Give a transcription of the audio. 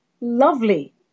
Lovely